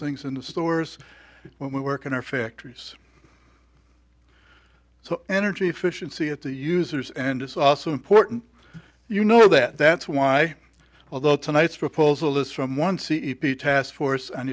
things in the stores when we work in our factories so energy efficiency at the users and it's also important you know that that's why although tonight's proposal is from one c e p t task force and